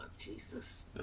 Jesus